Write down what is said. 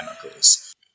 chemicals